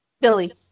Billy